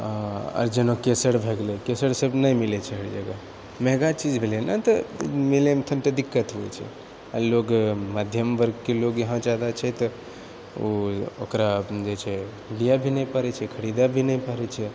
आ जेना केशर भए गेलै केशर सब नहि मिलैत छै हर जगह महङ्गा चीज भेलै ने तऽ मिलएमे कनिटा दिक्कत हुवै छै लोग मध्यम वर्गके लोग यहाँ जादा छै तऽ ओ ओकरा जे छै लिअऽ भी नहि पड़ै छै खरीदए भी नहि पारै छै